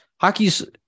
hockey's